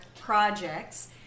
projects